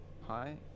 Hi